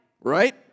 Right